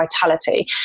vitality